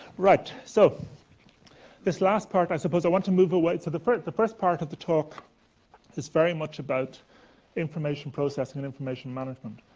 right, so this last part i suppose i want to move away so the first the first part of the talk is very much about information processing and information management.